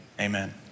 amen